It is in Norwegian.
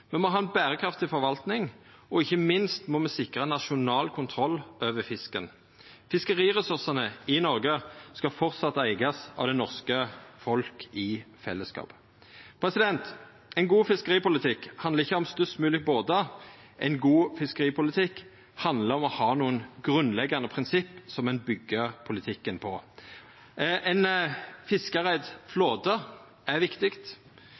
Me må ha ei berekraftig forvalting, og ikkje minst må me sikra nasjonal kontroll over fisken. Fiskeriressursane i Noreg skal framleis vera eigde av det norske folk i fellesskap. Ein god fiskeripolitikk handlar ikkje om størst mogleg båtar. Ein god fiskeripolitikk handlar om å ha nokre grunnleggjande prinsipp som ein byggjer politikken på. Ein fiskareigd flåte er viktig.